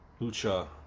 lucha